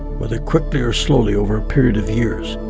whether quickly or slowly over a period of years,